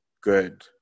good